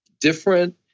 different